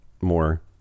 more